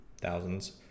thousands